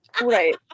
right